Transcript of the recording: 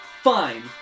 Fine